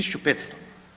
1500.